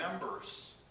members